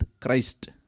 Christ